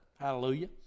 hallelujah